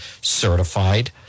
Certified